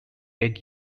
egg